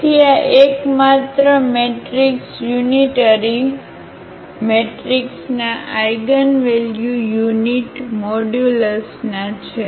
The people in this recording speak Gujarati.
તેથી આ એકમાત્ર મેટ્રિક્સ યુનિટરી મેટ્રિક્સના આઇગનવેલ્યુ યુનિટમોડ્યુલસના છે